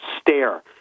stare